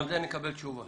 גם כן נקבל תשובה.